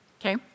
Okay